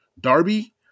Darby